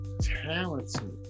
talented